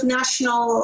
national